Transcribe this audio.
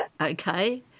Okay